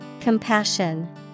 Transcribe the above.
Compassion